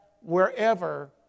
wherever